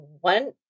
one